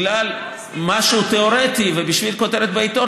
בגלל משהו תיאורטי ובשביל כותרת בעיתון,